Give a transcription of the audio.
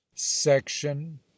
Section